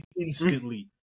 instantly